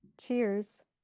Cheers